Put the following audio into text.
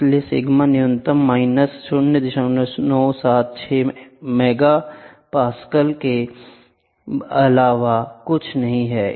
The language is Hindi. इसलिए सिग्मा न्यूनतम माइनस 0976 एमपी के अलावा कुछ नहीं है